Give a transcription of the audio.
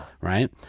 right